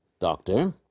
doctor